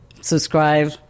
Subscribe